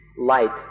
light